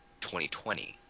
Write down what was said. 2020